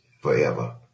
forever